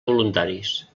voluntaris